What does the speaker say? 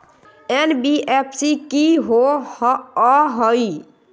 NBFC कि होअ हई?